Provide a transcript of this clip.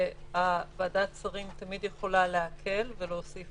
שוועדת השרים תמיד יכולה להקל ולהוסיף